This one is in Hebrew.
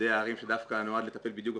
מאיגודי הערים שדווקא נועד לטפל בדיוק זה